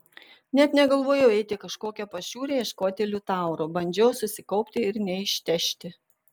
net negalvojau eiti į kažkokią pašiūrę ieškoti liutauro bandžiau susikaupti ir neištežti